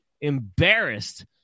embarrassed